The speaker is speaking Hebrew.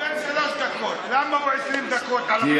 הוא קיבל שלוש דקות, למה הוא 20 דקות על הפודיום?